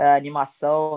animação